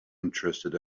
interested